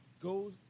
goes